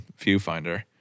viewfinder